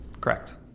Correct